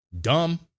Dumb